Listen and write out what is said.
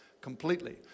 completely